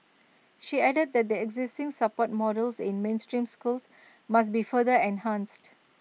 she added that the existing support models in mainstream schools must be further enhanced